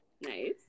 Nice